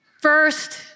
First